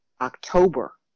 October